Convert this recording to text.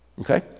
Okay